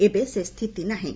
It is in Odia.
ଏବେ ସେ ସ୍ଥିତି ନାହିଁ